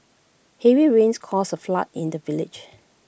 heavy rains caused A flood in the village